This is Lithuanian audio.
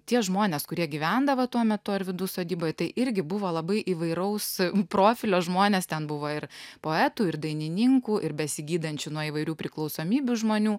tie žmonės kurie gyvendavo tuo metu orvydų sodyboj tai irgi buvo labai įvairaus profilio žmonės ten buvo ir poetų ir dainininkų ir besigydančių nuo įvairių priklausomybių žmonių